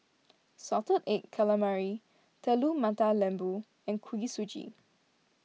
Salted Egg Calamari Telur Mata Lembu and Kuih Suji